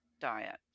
diet